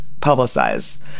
publicize